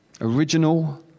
original